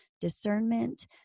discernment